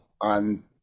on